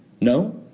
No